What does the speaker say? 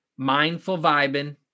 mindfulvibing